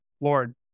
Lord